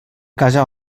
casa